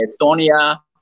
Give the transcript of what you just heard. Estonia